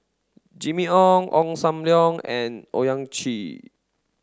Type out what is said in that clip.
Jimmy Ong Ong Sam Leong and Owyang Chi